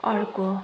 अर्को